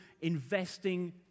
Investing